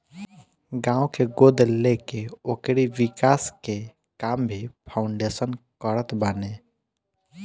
गांव के गोद लेके ओकरी विकास के काम भी फाउंडेशन करत बाने